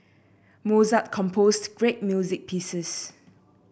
Mozart composed great music pieces